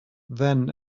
then